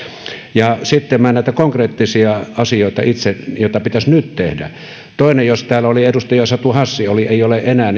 ja sitten näitä konkreettisia asioita joita pitäisi nyt tehdä täällä edustaja satu hassi ei ole enää